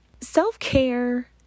Self-care